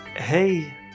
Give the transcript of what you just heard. Hey